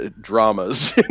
dramas